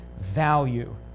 value